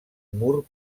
mur